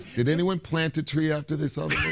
did anyone plant a tree after they saw